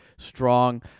Strong